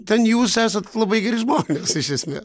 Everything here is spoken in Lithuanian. ten jūs esate labai geri žmonės iš esmės